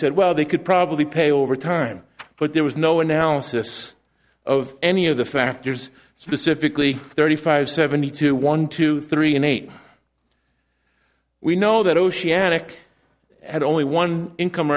said well they could probably pay over time but there was no analysis of any of the factors specifically thirty five seventy two one two three and eight we know that oceanic had only one income